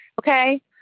Okay